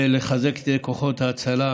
ולחזק את ידי כוחות ההצלה,